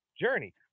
journey